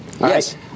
Yes